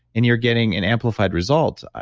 and you're getting an amplified results,